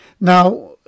Now